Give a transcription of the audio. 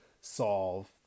solve